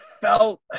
felt